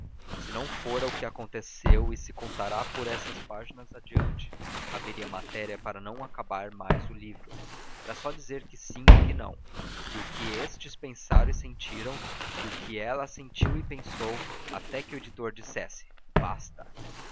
se não fora o que aconteceu e se contará por essas páginas adiante haveria matéria para não acabar mais o livro era só dizer que sim e que não e o que estes pensaram e sentiram e o que ela sentiu e pensou até que o editor dissesse basta